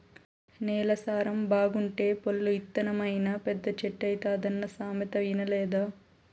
నేల సారం బాగుంటే పొల్లు ఇత్తనమైనా పెద్ద చెట్టైతాదన్న సామెత ఇనలేదా